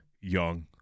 young